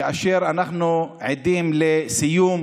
כאשר אנחנו עדים לסיום